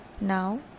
now